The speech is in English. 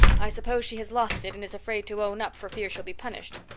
i suppose she has lost it and is afraid to own up for fear she'll be punished.